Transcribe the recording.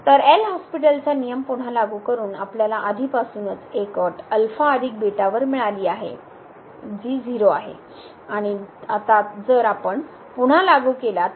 तर एल हॉस्पिटलचा नियम पुन्हा लागू करून आपल्याला आधीपासूनच एक अट वर मिळाली आहे जी 0 आहे आणि आता जर आपण पुन्हा लागू केला तर